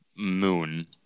moon